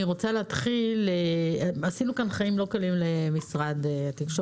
אני רוצה להתחיל בזה שעשינו כאן חיים לא קלים למשרד התקשורת,